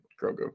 grogu